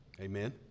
amen